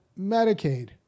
Medicaid